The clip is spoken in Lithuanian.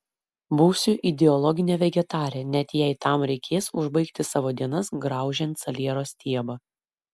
būsiu ideologinė vegetarė net jei tam reikės užbaigti savo dienas graužiant saliero stiebą